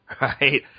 right